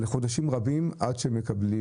על כך שממתינים חודשים רבים עד שמקבלים